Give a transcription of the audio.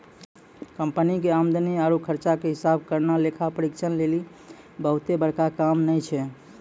company के आमदनी आरु खर्चा के हिसाब करना लेखा परीक्षक लेली बहुते बड़का काम नै छै